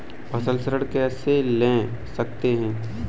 फसल ऋण कैसे ले सकते हैं?